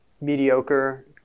mediocre